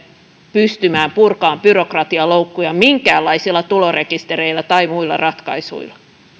pystymään purkamaan byrokratialoukkuja minkäänlaisilla tulorekistereillä tai muilla ratkaisuilla